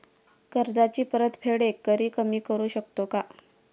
कर्जाची परतफेड एकरकमी करू शकतो का?